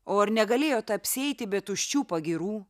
o ar negalėjot apsieiti be tuščių pagyrų